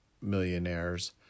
millionaires